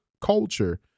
culture